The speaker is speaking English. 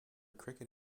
cricket